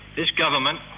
this government,